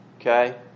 Okay